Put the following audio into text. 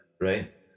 right